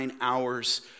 hours